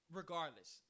regardless